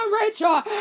Rachel